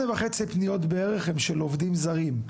וחצי פניות בערך הם של עובדים זרים.